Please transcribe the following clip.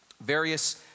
various